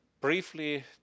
briefly